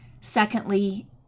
Secondly